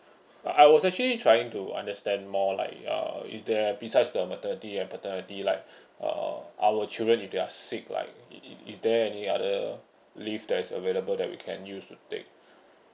I was actually trying to understand more like uh is the besides the maternity and paternity like uh our children if they are sick like it it is there any other leave that is available that we can use to take